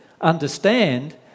understand